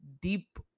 deep